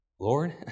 Lord